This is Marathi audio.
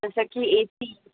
जसा की ए सी